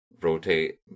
rotate